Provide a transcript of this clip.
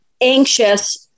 anxious